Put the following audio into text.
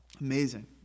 Amazing